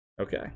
okay